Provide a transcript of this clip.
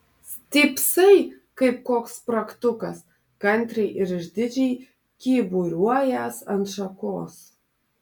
stypsai kaip koks spragtukas kantriai ir išdidžiai kyburiuojąs ant šakos